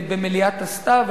במליאת הסתיו.